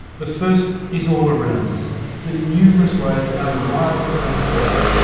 the first is all around us the numerous ways our lives are made better.